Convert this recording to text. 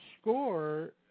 score